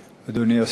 אדוני השר,